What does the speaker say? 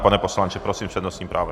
Pane poslanče, prosím, s přednostním právem.